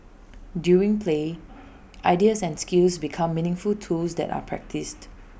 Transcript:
during play ideas and skills become meaningful tools that are practised